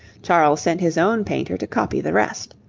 charles sent his own painter to copy the rest.